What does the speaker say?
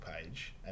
page